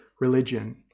religion